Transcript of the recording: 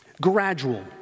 Gradual